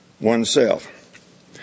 oneself